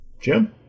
Jim